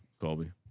Colby